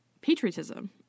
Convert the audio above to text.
patriotism